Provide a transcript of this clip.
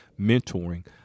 mentoring